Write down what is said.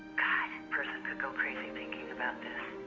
god, a person could go crazy thinking about this.